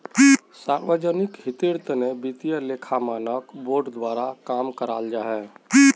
सार्वजनिक हीतेर तने वित्तिय लेखा मानक बोर्ड द्वारा काम कराल जाहा